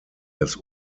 das